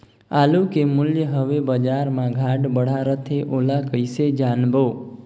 आलू के मूल्य हवे बजार मा घाट बढ़ा रथे ओला कइसे जानबो?